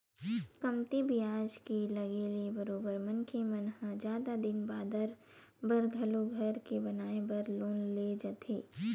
कमती बियाज के लगे ले बरोबर मनखे मन ह जादा दिन बादर बर घलो घर के बनाए बर लोन ल लेथे